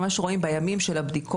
וממש רואים בימים של הבדיקות,